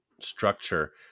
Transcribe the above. structure